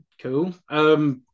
Cool